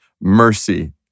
mercy